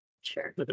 Sure